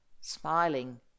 smiling